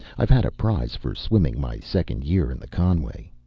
i've had a prize for swimming my second year in the conway.